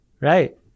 Right